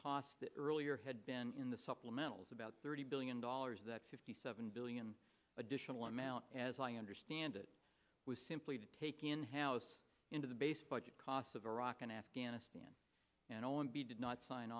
costs that earlier had been in the supplemental is about thirty billion dollars that's fifty seven billion additional amount as i understand it was simply to take in house into the base budget costs of iraq and afghanistan and all and be did not sign